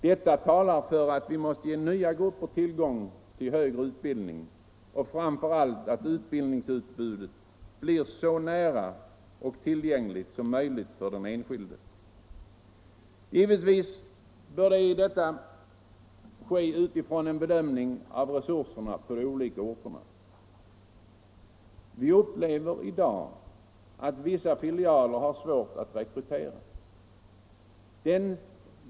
Detta talar för att vi måste ge nya grupper tillgång till högre utbildning och framför allt att utbildningsutbudet blir så nära och tillgängligt som möjligt för den enskilde. Givetvis bör detta ske utifrån en bedömning av resurserna på de olika orterna. Vi upplever i dag att vissa filialer har svårt att rekrytera.